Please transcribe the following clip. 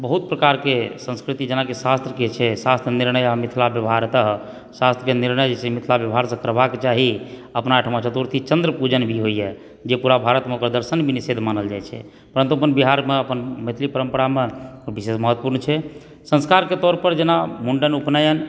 बहुत प्रकारकेँ संस्कृति जेनाकि शास्त्रके छै शास्त्र निर्णय आ मिथिलि व्यवहारतः शास्त्रके निर्णय जे छै मिथिला व्यवहारसँ प्रभावके चाही अपना ओहिठमा चतुर्थी चन्द्र पूजन भी होइया जे ओकरा पुरा भारतमे दर्शन भी निषेध मानल जाइ छै परन्तु आ बिहारमे अपन मैथिली परम्परामे विशेष महत्वपुर्ण छै सन्स्कारके तौर पर जेना मुण्डन उपनयन